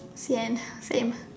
Sian same